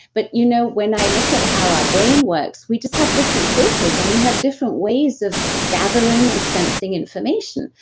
but you know when i look at how our brains works we just have different filters and we have different ways of gathering and sensing information.